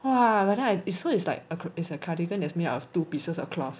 !wah! but then so it's like a is a cardigan that is made up of two pieces of cloth